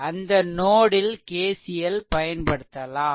அந்த நோட் ல் K C L பயன்படுத்தலாம்